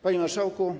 Panie Marszałku!